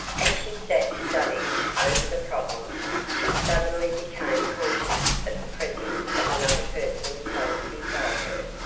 as she sat studying over the problem she suddenly became conscious of the presence of another person close beside her,